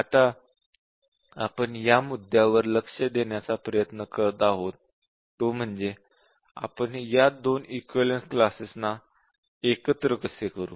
आता आपण ज्या मुद्द्यावर लक्ष देण्याचा प्रयत्न करीत आहोत ते म्हणजे आपण या दोन इक्विवलेन्स क्लासेस ना एकत्र कसे करू